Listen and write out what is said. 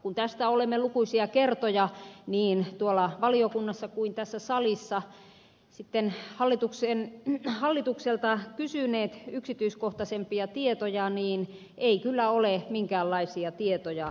kun tästä olemme lukuisia kertoja niin tuolla valiokunnassa kuin tässä salissa sitten hallitukselta kysyneet yksityiskohtaisempia tietoja niin ei kyllä ole minkäänlaisia tietoja herunut